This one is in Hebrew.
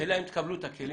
השאלה אם תקבלו את הכלים.